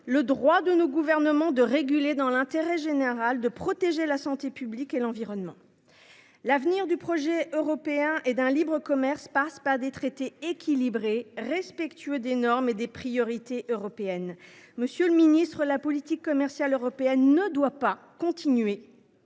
le droit des gouvernements à réguler dans l’intérêt général et à protéger la santé publique et l’environnement. L’avenir du projet européen et du libre commerce passe par des traités équilibrés, respectueux des normes et des priorités européennes. Monsieur le ministre, la politique commerciale européenne ne doit plus se résumer